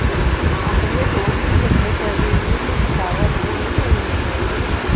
तो आप भैया दो दिन पहले करेंगे तो फ्लावर वह नहीं होंगे मुरझाएँगे नहीं